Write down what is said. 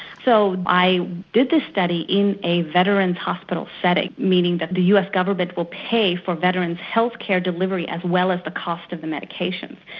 so i did the study in a veterans' hospital setting, meaning that the us government will pay for veterans' healthcare delivery as well as the cost of the medication.